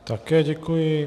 Také děkuji.